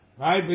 right